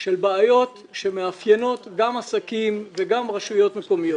של בעיות שמאפיינות גם עסקים וגם רשויות מקומיות